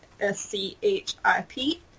S-C-H-I-P